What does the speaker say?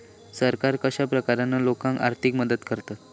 सरकार कश्या प्रकारान लोकांक आर्थिक मदत करता?